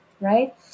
right